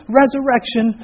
resurrection